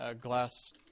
glass